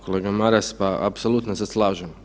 Kolega Maras, pa apsolutno se slažem.